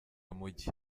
mugi